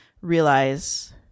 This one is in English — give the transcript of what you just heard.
realize